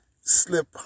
slip